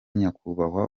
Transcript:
nyakubahwa